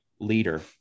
leader